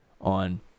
on